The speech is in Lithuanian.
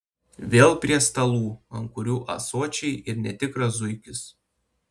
vėl prie stalų ant kurių ąsočiai ir netikras zuikis